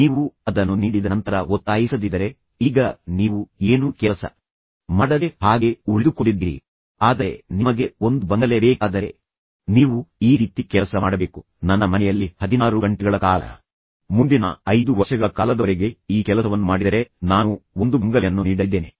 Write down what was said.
ನೀವು ಅದನ್ನು ನೀಡಿದ ನಂತರ ಒತ್ತಾಯಿಸದಿದ್ದರೆ ಈಗ ನೀವು ಏನೂ ಕೆಲಸ ಮಾಡದೆ ಹಾಗೆ ಉಳಿದುಕೊಂಡಿದ್ದೀರಿ ಆದರೆ ನಿಮಗೆ ಒಂದು ಬಂಗಲೆ ಬೇಕಾದರೆ ನೀವು ಈ ರೀತಿ ಕೆಲಸ ಮಾಡಬೇಕು ನನ್ನ ಮನೆಯಲ್ಲಿ 16 ಗಂಟೆಗಳ ಕಾಲ ಮುಂದಿನ 5 ವರ್ಷಗಳ ಕಾಲದವರೆಗೆ ಈ ಕೆಲಸವನ್ನು ಮಾಡಿದರೆ ನಾನು ಒಂದು ಬಂಗಲೆಯನ್ನು ನೀಡಲಿದ್ದೇನೆ